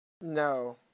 No